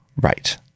right